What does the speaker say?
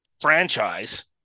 franchise